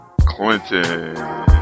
Clinton